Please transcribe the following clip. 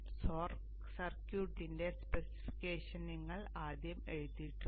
സർക്യൂട്ടിന്റെ സ്പെസിഫിക്കേഷൻ നിങ്ങൾ ആദ്യം എഴുതിയിട്ടുണ്ട്